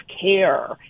care